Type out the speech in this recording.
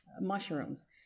mushrooms